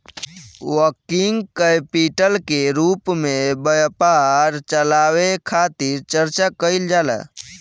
working capital के रूप में व्यापार चलावे खातिर चर्चा कईल जाला